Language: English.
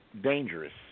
dangerous